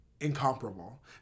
incomparable